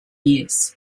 years